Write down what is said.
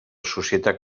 societat